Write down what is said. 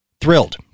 Thrilled